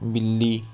بلّی